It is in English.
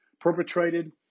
perpetrated